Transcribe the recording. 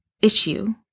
issue